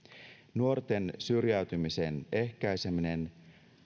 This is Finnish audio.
nuorten syrjäytymisen ehkäiseminen